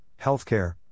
healthcare